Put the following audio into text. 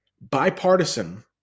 Bipartisan